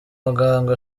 muganga